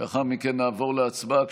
לאחר מכן נעבור להצבעה,